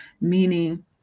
meaning